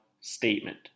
statement